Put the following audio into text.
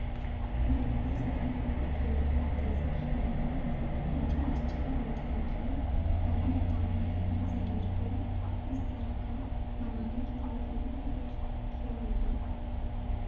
बिलकुल सही और केवल निर्देशक ही नहीं मुझे आश्चर्य होता है कि अभिनेताओं ने अपने शरीर को इस तरह का बनाने के लिए कितना कुछ किया होगा